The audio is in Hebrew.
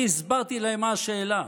אני הסברתי להם מה השאלה.